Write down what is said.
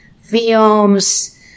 films